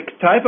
type